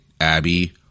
Abby